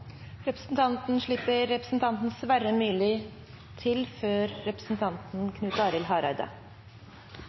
Representanten Knut Arild Hareide